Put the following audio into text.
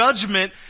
judgment